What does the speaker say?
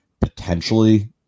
potentially